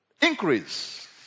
increase